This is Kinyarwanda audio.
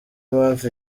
mpamvu